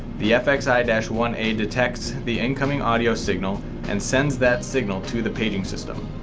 the fxi one a detects the incoming audio signal and sends that signal to the paging system.